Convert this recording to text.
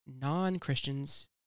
non-Christians